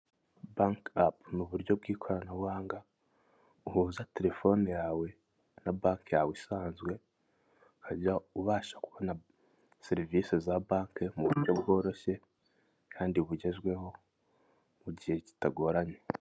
Banki apu, ni uburyo bw'ikoranabuhanga, uhuza terefone yawe na banki yawe isanzwe, ukajya ubasha kubona serivisi za banki mu buryo bworoshye kandi bugezweho mu gihe kitagoranye.